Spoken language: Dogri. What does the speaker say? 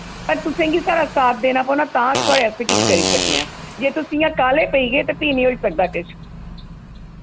पर तुसें गी साढ़ा साथ देना पौना तां अस तुं'दे आस्तै किश करी सकने आं जे तुस इ'यां काह्ले पेई गे ते फ्ही निं होई सकदा किश